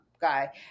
guy